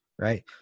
Right